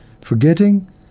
forgetting